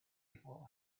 people